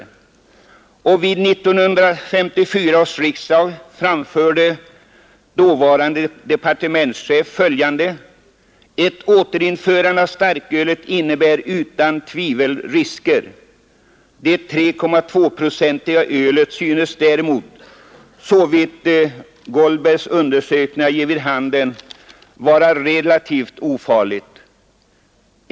Vid 1954 års riksdag anförde den dåvarande departementschefen följande: Ett återinförande av starkölet innebär utan tvivel risker. Det 3,2-procentiga ölet synes däremot, såvitt Goldbergs undersökningar ger vid handen, vara relativt ofarligt.